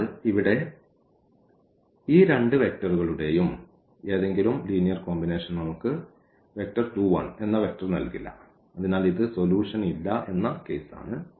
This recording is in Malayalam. അതിനാൽ ഇവിടെ ഈ രണ്ട് വെക്റ്ററുകളുടെയും ഏതെങ്കിലും ലീനിയർ കോമ്പിനേഷൻ നമുക്ക് 2 1 എന്ന വെക്റ്റർ നൽകില്ല അതിനാൽ ഇത് സൊലൂഷൻ ഇല്ല എന്ന കേസാണ്